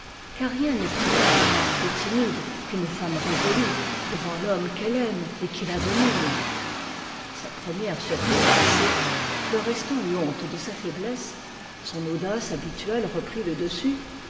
car rien n'est plus humble plus timide qu'une femme résolue devant l'homme qu'elle aime et qui la domine sa première surprise passée florestan eut honte de sa faiblesse son audace habituelle reprit le dessus